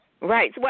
Right